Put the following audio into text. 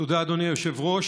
תודה, אדוני היושב-ראש.